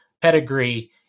pedigree